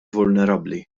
vulnerabbli